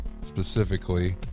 specifically